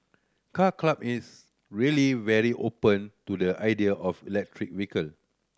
Car Club is really very open to the idea of electric vehicle